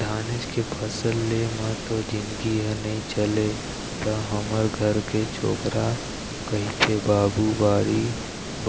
धानेच के फसल ले म तो जिनगी ह नइ चलय त हमर घर के छोकरा कहिथे बाबू बाड़ी